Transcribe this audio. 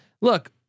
Look